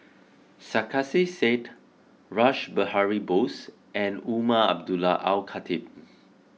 Sarkasi Said Rash Behari Bose and Umar Abdullah Al Khatib